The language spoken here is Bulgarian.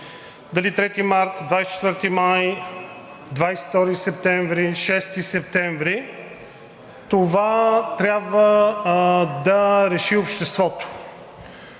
дали 3 март, 24 май, 22 септември, 6 септември, това трябва да реши обществото.